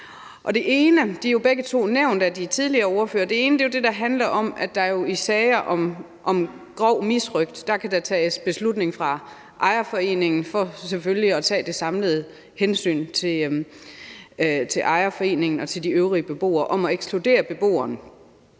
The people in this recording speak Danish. De er begge nævnt af de tidligere ordførere. Det ene er jo det, der handler om, at der i sager om grov misrøgt kan tages beslutning af ejerforeningen – for selvfølgelig at tage det samlede hensyn til ejerforeningen og de øvrige beboere – om at ekskludere beboeren,